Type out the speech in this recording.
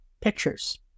pictures